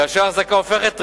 כאשר ההחזקה הופכת ריאלית,